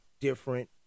different